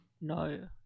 No